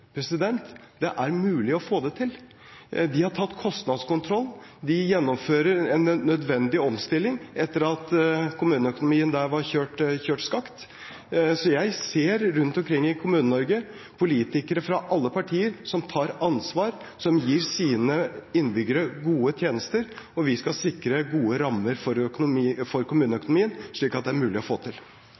det er mulig å få det til! De har tatt kostnadskontroll. De gjennomfører en nødvendig omstilling etter at kommuneøkonomien der var kjørt skakk. Jeg ser rundt omkring i Kommune-Norge politikere fra alle partier som tar ansvar, og som gir sine innbyggere gode tjenester. Vi skal sikre gode rammer for kommuneøkonomien, slik at det er mulig å få til.